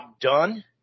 done